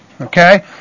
Okay